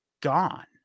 gone